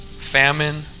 Famine